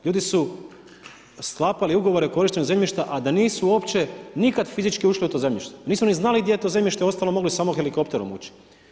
Ljudi su sklapali ugovore o korištenju zemljišta a da nisu uopće nikad fizički ušli u to zemljište, nisu ni znali gdje je to zemljište ostalo, mogli su samo helikopterom ući.